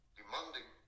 demanding